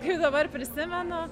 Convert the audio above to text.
kaip dabar prisimenu